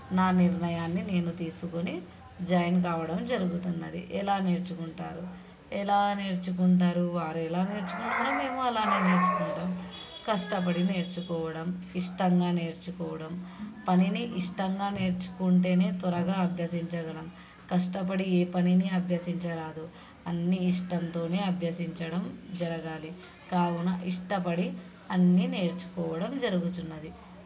నా నిర్ణయాన్ని నేను తీసుకుని జాయిన్ కావడం జరుగుతున్నది ఎలా నేర్చుకుంటారు ఎలా నేర్చుకుంటారు వారు ఎలా నేర్చుకుంటారో మేము అలానే నేర్చుకుంటాం కష్టపడి నేర్చుకోవడం ఇష్టంగా నేర్చుకోవడం పనిని ఇష్టంగా నేర్చుకుంటేనే త్వరగా అభ్యసించగలం కష్టపడి ఏ పనినీ అభ్యసించరాదు అన్నీ ఇష్టంతోనే అభ్యసించడం జరగాలి కావున ఇష్టపడి అన్నీ నేర్చుకోవడం జరుగుచున్నది